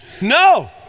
No